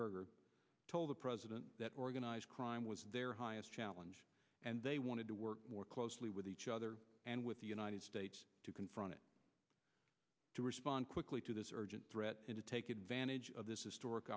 berger told the president that organized crime was their highest challenge and they wanted to work more closely with each other and with the united states to confront it to respond quickly to this urgent threat to take advantage of this is